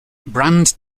brand